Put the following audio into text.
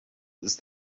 ist